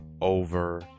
over